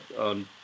on